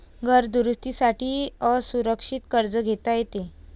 घर दुरुस्ती साठी असुरक्षित कर्ज घेता येते